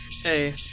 Hey